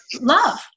love